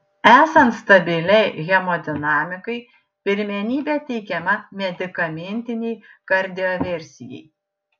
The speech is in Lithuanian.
esant stabiliai hemodinamikai pirmenybė teikiama medikamentinei kardioversijai